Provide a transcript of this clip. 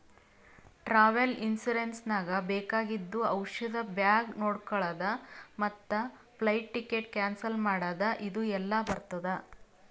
travel insurance ನಾಗ್ ಬೇಕಾಗಿದ್ದು ಔಷಧ ಬ್ಯಾಗ್ ನೊಡ್ಕೊಳದ್ ಮತ್ ಫ್ಲೈಟ್ ಟಿಕೆಟ್ ಕ್ಯಾನ್ಸಲ್ ಮಾಡದ್ ಇದು ಎಲ್ಲಾ ಬರ್ತುದ